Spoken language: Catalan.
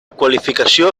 qualificació